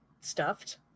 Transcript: stuffed